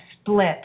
split